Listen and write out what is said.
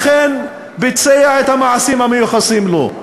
אכן ביצע את המעשים המיוחסים לו.